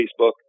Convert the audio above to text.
Facebook